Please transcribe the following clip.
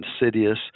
insidious